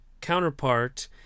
counterpart